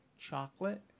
chocolate